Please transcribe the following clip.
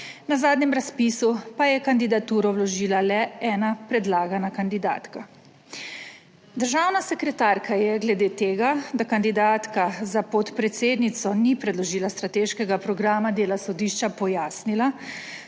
na zadnjem razpisu pa je kandidaturo vložila le ena predlagana kandidatka. Državna sekretarka je glede tega, da kandidatka za podpredsednico ni predložila strateškega programa dela sodišča, pojasnila,